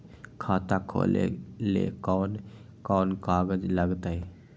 खाता खोले ले कौन कौन कागज लगतै?